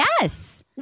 Yes